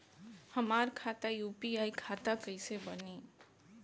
हमार खाता यू.पी.आई खाता कईसे बनी?